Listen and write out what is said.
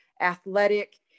athletic